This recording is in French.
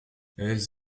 elles